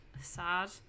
Sad